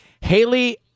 Haley